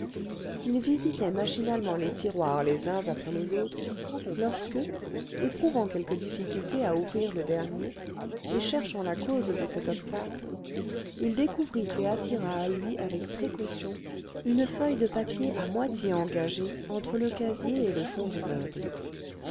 il visitait machinalement les tiroirs les uns après les autres lorsque éprouvant quelque difficulté à ouvrir le dernier et cherchant la cause de cet obstacle il découvrit et attira à lui avec précaution une feuille de papier à moitié engagée entre le casier et le fond du meuble